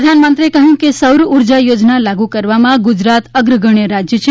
પ્રધાનમંત્રીએ કહ્યું કે સૌર ઉર્જા યોજના લાગુ કરવામાં ગુજરાત અર્ગગણ્ય રાજ્ય છે